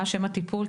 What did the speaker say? מה שם הטיפול,